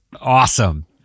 awesome